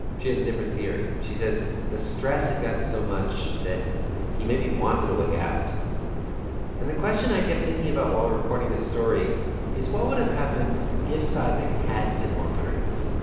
she has a different theory. she says the stress had gotten so much that he maybe wanted a way out and the question i kept thinking about while reporting this story is what would have happened if cizik had been more prudent,